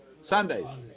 Sundays